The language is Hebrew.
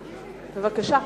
בבקשה.